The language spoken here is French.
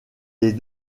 les